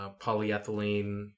polyethylene